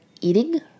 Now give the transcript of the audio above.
eating